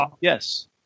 Yes